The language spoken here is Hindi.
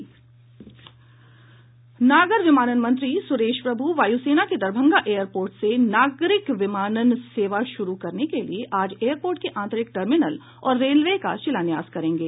नागर विमानन मंत्री सुरेश प्रभु वायुसेना के दरभंगा एयरपोर्ट से नागरिक विमानन सेवा शुरू करने के लिये आज एयरपोर्ट के आंतरिक टर्मिनल और रनवे का शिलान्यास करेंगे